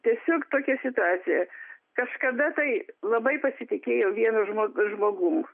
tiesiog tokia situacija kažkada tai labai pasitikėjau vienu žmogu žmogum